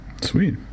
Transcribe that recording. Sweet